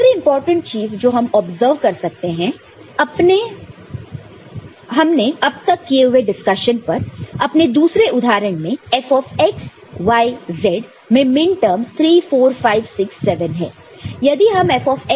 दूसरी इंपॉर्टेंट चीज जो हम ऑब्जर्व कर सकते हैं अपने अब तक किए हुए डिस्कशन पर अपने दूसरे उदाहरण में Fx y z में मिनटर्म्स 3 4 5 6 7 है